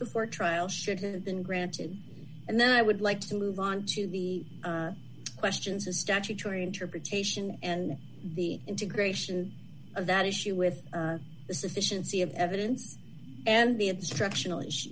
before trial should have been granted and then i would like to move on to the questions of statutory interpretation and the integration of that issue with the sufficiency of evidence and the instructional issue